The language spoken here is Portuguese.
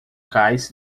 cais